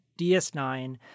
DS9